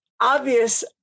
obvious